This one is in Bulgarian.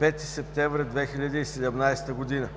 5 септември 2017 г.